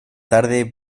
tarde